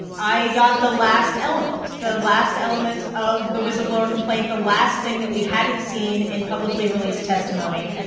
i got the last element the last element of the whistleblower complaint, the last thing that we hadn't seen in publicly released testimony,